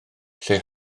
lle